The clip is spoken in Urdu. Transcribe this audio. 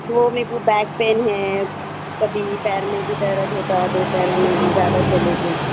وہ میکو بیک پین ہے کبھی پیر میں بھی درد ہوتا دو پیروں میں بھی زیادہ چلے تو